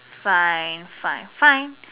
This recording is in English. fine fine fine